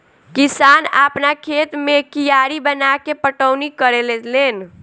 किसान आपना खेत मे कियारी बनाके पटौनी करेले लेन